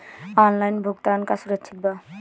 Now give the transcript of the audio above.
Online भुगतान का सुरक्षित बा?